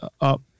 up